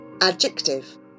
adjective